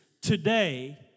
Today